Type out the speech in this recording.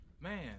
Man